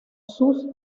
sus